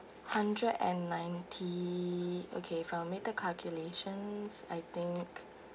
hundred and ninety okay from my calculation I think